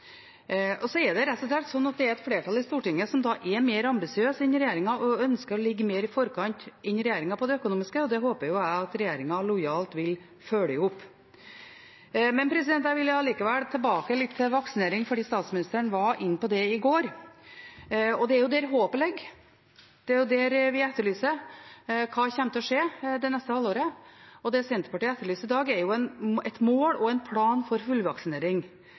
og en mulig gjenåpning. Så er det rett og slett slik at det er et flertall i Stortinget som da er mer ambisiøs enn regjeringen og ønsker å ligge mer i forkant enn regjeringen på det økonomiske, og det håper jeg at regjeringen lojalt vil følge opp. Men jeg vil likevel litt tilbake til vaksinering, fordi statsministeren var inne på det i går. Det er jo der håpet ligger, og det er jo der vi etterlyser hva som kommer til å skje det neste halvåret, og det Senterpartiet etterlyser i dag, er et mål og en plan for fullvaksinering.